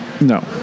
No